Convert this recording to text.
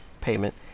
payment